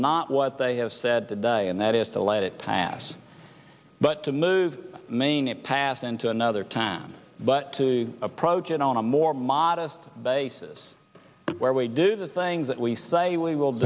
not what they have said today and that is to let it pass but to move main a path into another time but to approach it on a more modest basis where we do the things that we say we will